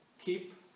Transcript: keep